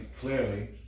clearly